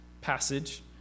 passage